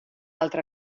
altra